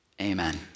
Amen